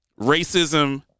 racism